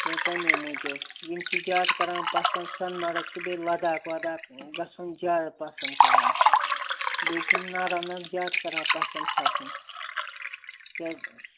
ہَے تَمے موٗجوٗب یِم چھِ زیادٕ کَران پَسنٛد سۅنٕمَرگ تہٕ بیٚیہِ لَداخ وَداخ گَژھُن زیادٕ پَسنٛد کَران بیٚیہِ چھِ یِم ناران ناگ جادٕ کَران پَسنٛد کھسُن کیٛازِ